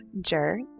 Jerk